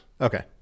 Okay